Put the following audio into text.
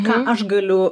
ką aš galiu